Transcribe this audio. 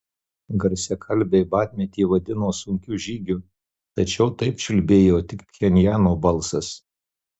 garsiakalbiai badmetį vadino sunkiu žygiu tačiau taip čiulbėjo tik pchenjano balsas